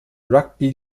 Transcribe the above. rugby